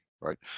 right